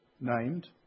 named